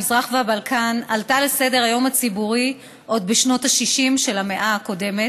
המזרח והבלקן עלתה לסדר-היום הציבורי עוד בשנות ה-60 של המאה הקודמת,